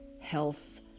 health